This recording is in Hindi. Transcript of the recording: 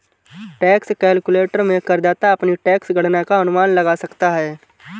टैक्स कैलकुलेटर में करदाता अपनी टैक्स गणना का अनुमान लगा सकता है